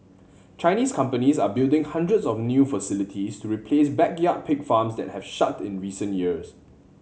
Chinese companies are building hundreds of new facilities to replace backyard pig farms that have shut in recent years